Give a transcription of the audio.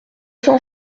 cent